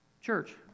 Church